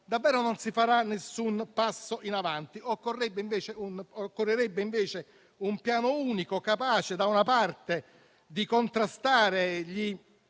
davvero non si farà nessun passo in avanti. Occorrerebbe invece un piano unico, capace da una parte di contrastare gli